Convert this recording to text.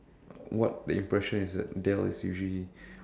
what the impression is that Dell is usually